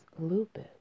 lupus